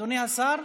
אדוני השר,